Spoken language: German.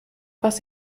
was